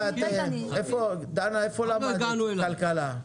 איפה למדת כלכלה?